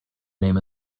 name